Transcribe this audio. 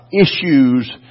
issues